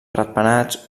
ratpenats